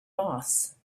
moss